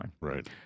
Right